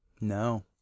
No